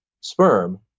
sperm